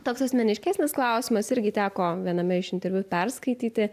toks asmeniškesnis klausimas irgi teko viename iš interviu perskaityti